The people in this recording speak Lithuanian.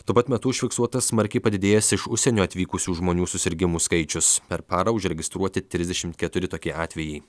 tuo pat metu užfiksuotas smarkiai padidėjęs iš užsienio atvykusių žmonių susirgimų skaičius per parą užregistruoti trisdešimt keturi tokie atvejai